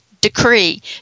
decree